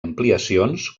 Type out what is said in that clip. ampliacions